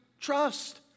trust